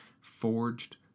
forged